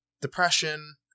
Depression